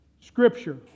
Scripture